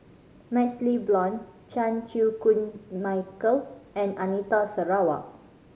MaxLe Blond Chan Chew Koon Michael and Anita Sarawak